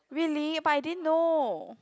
really but I didn't know